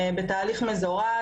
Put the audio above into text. בתהליך מזורז,